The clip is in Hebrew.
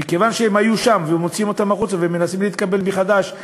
הם היו שם ומוציאים אותם החוצה והם מנסים להתקבל מחדש,